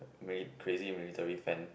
mili~ crazy military friend